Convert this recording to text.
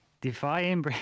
defying